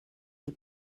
die